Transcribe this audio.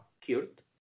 cured